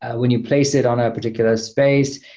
when you place it on a particular space,